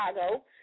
Chicago